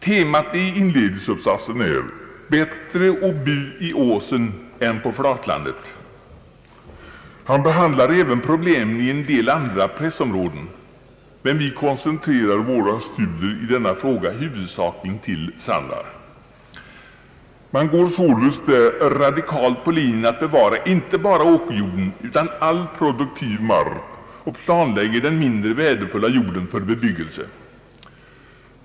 Temat i inledningsuppsatsen är ”Betre å bu i åsen enn på flatlandet'. Han behandlar även problemen i en del andra ”pressområden” men vi koncentrerade våra studier i denna fråga huvudsakligen till Sandar. Man går således där radikalt på linjen att bevara inte bara åkerjorden utan all produktiv mark och planlägger den mindre värdefulla jorden för bebyggelse.